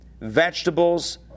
vegetables